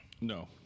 No